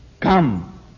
come